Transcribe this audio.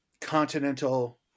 continental